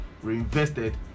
Reinvested